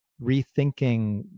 rethinking